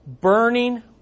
Burning